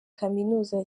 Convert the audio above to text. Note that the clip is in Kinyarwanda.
kaminuza